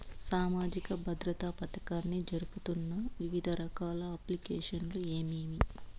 సామాజిక భద్రత పథకాన్ని జరుపుతున్న వివిధ రకాల అప్లికేషన్లు ఏమేమి?